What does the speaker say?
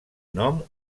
nom